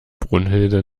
brunhilde